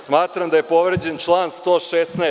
Smatram da je povređen član 116.